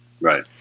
Right